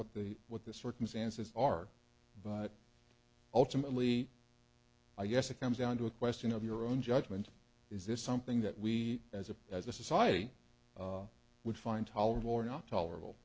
what the what the circumstances are but ultimately i guess it comes down to a question of your own judgment is this something that we as a as a society would find tolerable or not tolerable